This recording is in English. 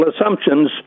assumptions